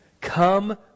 Come